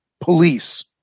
police